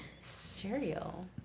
Cereal